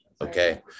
Okay